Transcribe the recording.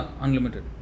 unlimited